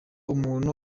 umuntu